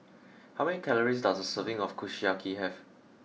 how many calories does a serving of Kushiyaki have